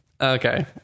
okay